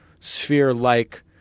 sphere-like